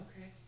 Okay